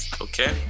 Okay